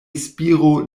spiro